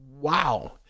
Wow